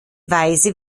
weise